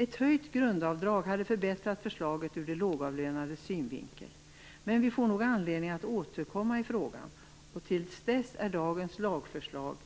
Ett höjt grundavdrag hade förbättrat förslaget ur de lågavlönades synvinkel. Men vi får nog anledning att återkomma i frågan, och till dess är dagens lagförslag